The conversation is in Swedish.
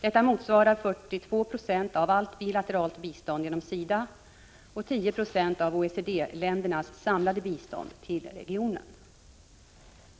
Detta motsvarar 42 96 av allt bilateralt bistånd genom SIDA och 10 76 av OECD-ländernas samlade bistånd till regionen.